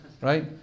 Right